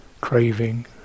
craving